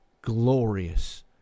glorious